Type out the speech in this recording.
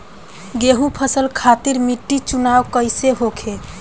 गेंहू फसल खातिर मिट्टी चुनाव कईसे होखे?